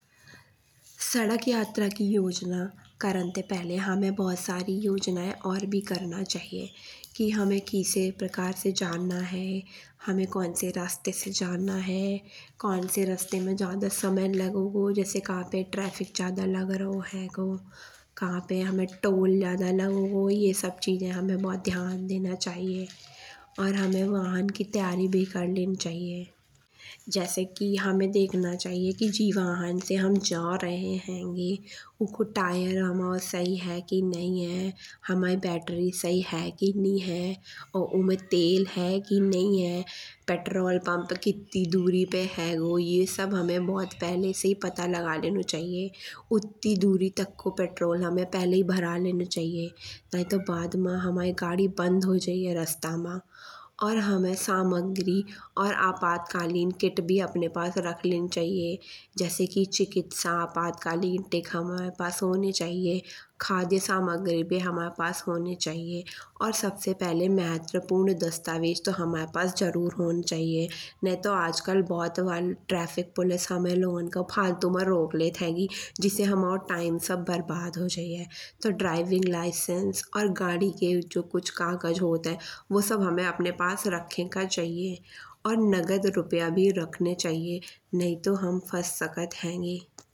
सड़क यात्रा की योजना करन ते पहिले हमें बहुत सारी योजनाये और भी करना चाहिए। की हमें किस प्रकार से जनना है। हमें कौनसे रास्ते से जाना है। कौनसे रास्ते में ज्यादा समय लगेगो। जैसे कहाँ पे ट्रैफिक ज्यादा लग राओ हैगो। कहाँ पे हमें टोलें ज्यादा लगेगो। ये सब चीजें हमें बहुत ध्यान देना चाहिए। और हमें वहाँ की तैयारी भी कर लेनी चाहिए। जैसे की हमें देखना चाहिए की जी वहाँ से हम जा रहे होंगे। उको तैयार हमाओ सही है की नहीं है। हमायी बैटरी सही है की नहीं है। और उम तेल है की नहीं है। पेट्रोल पंप कित्ती दूरी पे हैगो। ये सब हमें बहुत पहिले से पता लगा लेनो चाहिए। उत्ती दूरी तक को पेट्रोल हमें पहिले भरा लेनो चाहिए। नयी तो बाद हमायी गाड़ी बंद हो जाईये रास्ता मा। और हमें सम्पग्री और आपातकालीन किट भी अपने पास रख लेनी चाहिए जैसे की चिकित्सा आपातकालीन किट हमारे पास होये चाहिए। खाद्य सम्पग्री भी हमाये पास होनी चाहिए। और सबसे पहिले महत्वपूर्ण दस्तावेज तो हमाये पास जरूर होने चाहिए। नयी तो आज कल ट्रैफिक पुलिस हमें लोगन का फालतू मा रोक लेते हेगी। जिसे हमाओ टाइम सब बरबाद हुये जाईये। तो ड्राइविंग लाइसेंस और गाड़ी के जो कुछ कागज़ होते हैं। वो सब हमें अपने पास रखें का चाहिए और नगद रुपया भी रखें चाहिए। नयी तो हम फस सकत हेंगे।